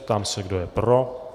Ptám se, kdo je pro.